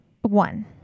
one